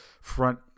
front